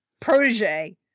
protege